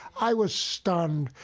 i was stunned.